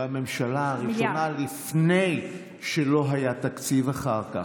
בממשלה הראשונה, לפני שלא היה תקציב אחר כך.